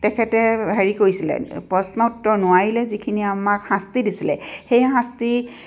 তেখেতে হেৰি কৰিছিলে প্ৰশ্ন উত্তৰ নোৱাৰিলে যিখিনি আমাক শাস্তি দিছিলে সেই শাস্তি